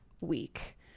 week